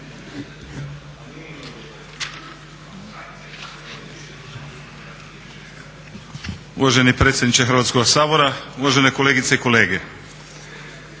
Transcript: Uvaženi predsjedniče Hrvatskoga sabora, uvažene kolegice i kolege.